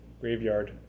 graveyard